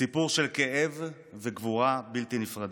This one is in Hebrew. סיפור של כאב וגבורה בלתי נפרדים.